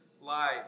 life